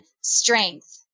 strength